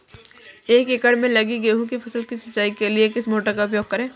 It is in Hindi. एक एकड़ में लगी गेहूँ की फसल की सिंचाई के लिए किस मोटर का उपयोग करें?